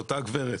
לאותה הגברת.